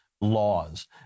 laws